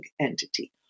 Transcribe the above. entity